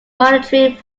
monitoring